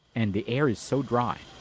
and the air is so dry,